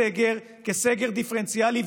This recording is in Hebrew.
ועושים את הסגר כסגר דיפרנציאלי.